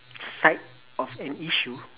side of an issue